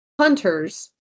hunters